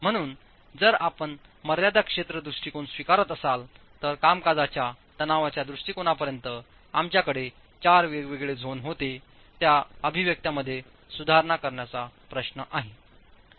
म्हणून जर आपण मर्यादा क्षेत्र दृष्टिकोन स्वीकारत असाल तर कामकाजच्या तणावाच्या दृष्टिकोनापर्यंत आमच्याकडे चार वेगवेगळे झोन होते त्या अभिव्यक्तींमध्ये सुधारणा करण्याचा प्रश्न आहे